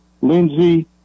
Lindsey